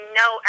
no